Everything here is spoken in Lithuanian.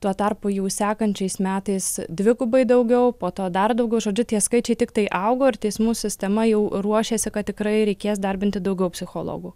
tuo tarpu jau sekančiais metais dvigubai daugiau po to dar daugiau žodžiu tie skaičiai tiktai augo ir teismų sistema jau ruošėsi kad tikrai reikės darbinti daugiau psichologų